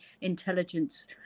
Intelligence